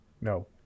No